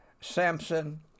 Samson